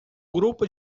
grupo